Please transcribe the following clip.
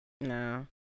no